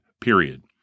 period